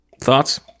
thoughts